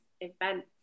events